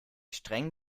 streng